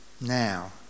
now